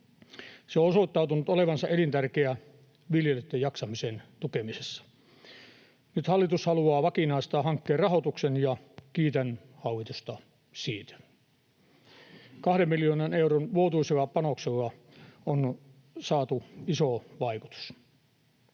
Se on osoittanut olevansa elintärkeä viljelijöitten jaksamisen tukemisessa. Nyt hallitus haluaa vakinaistaa hankkeen rahoituksen, ja kiitän hallitusta siitä. Kahden miljoonan euron vuotuisella panoksella on saatu iso vaikutus.